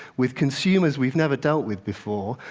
with consumers we've never dealt with before,